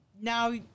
now